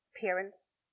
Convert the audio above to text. parents